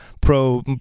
pro